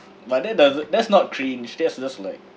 but that does that's not cringe that's just like